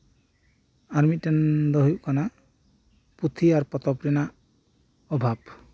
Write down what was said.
ᱟᱨ ᱢᱤᱫᱴᱮᱱ ᱫᱚ ᱦᱩᱭᱩᱜ ᱠᱟᱱᱟ ᱯᱩᱛᱷᱤ ᱟᱨ ᱯᱚᱛᱚᱵ ᱨᱮᱭᱟᱜ ᱚᱵᱷᱟᱵ